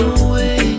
away